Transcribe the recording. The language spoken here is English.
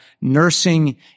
nursing